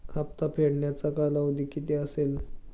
हप्ता फेडण्याचा कालावधी किती असेल?